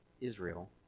Israel